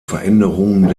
veränderungen